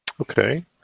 Okay